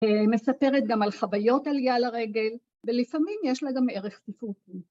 מספרת גם על חוויות עליה לרגל, ולפעמים יש לה גם ערך ספרותי.